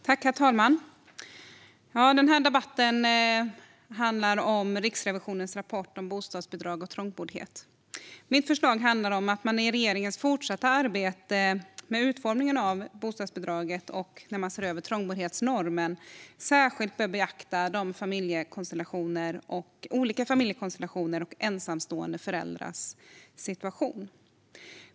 Herr talman! Denna debatt handlar om Riksrevisionens rapport om bostadsbidrag och trångboddhet. Mitt förslag handlar om att man i regeringens fortsatta arbete med utformningen av bostadsbidraget och när man ser över trångboddhetsnormen särskilt bör beakta olika familjekonstellationer och ensamstående föräldrars situation.